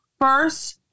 first